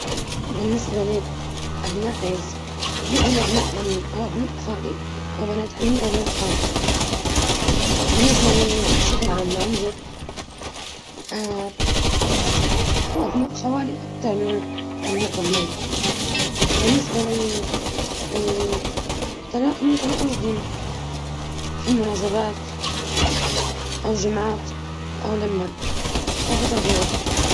لدي عدد قليل من أبناء العم والخال، نعم، أراهم من وقت لآخر خلال المناسبات العائلية.